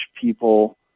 people